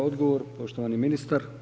Odgovor poštovani ministar.